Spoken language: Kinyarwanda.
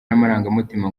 n’amarangamutima